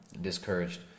discouraged